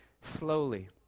slowly